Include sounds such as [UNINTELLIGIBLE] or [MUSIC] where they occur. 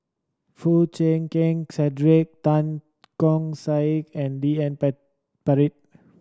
Foo Chee Keng Cedric Tan Keong Saik and D N [UNINTELLIGIBLE] Pritt